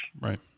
Right